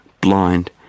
blind